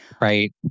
Right